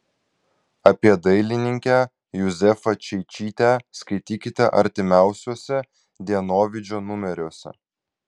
apie dailininkę juzefą čeičytę skaitykite artimiausiuose dienovidžio numeriuose